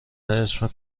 اسم